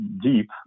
deep